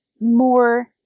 more